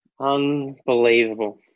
Unbelievable